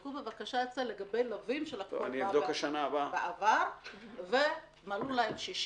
תבדקו את זה בבקשה לגבי לווים שלקחו הלוואה בעבר ומלאו להם 60 שנים.